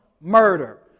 murder